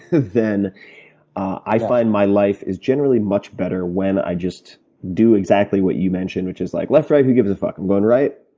then i find my life is generally much better when i just do exactly what you mentioned which is like left right, who gives a fuck? i'm going right,